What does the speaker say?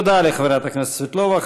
תודה לחברת הכנסת סבטלובה.